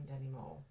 anymore